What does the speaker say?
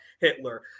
Hitler